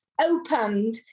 opened